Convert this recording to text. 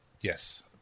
yes